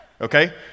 Okay